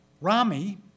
Rami